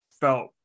felt